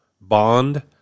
bond